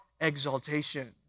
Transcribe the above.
exaltation